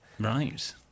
Right